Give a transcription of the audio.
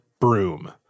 broom